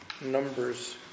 Numbers